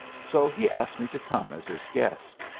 so, he asked me to come as his guest,